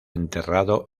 enterrado